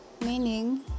meaning